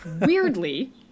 weirdly